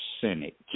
Senate